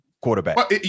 quarterback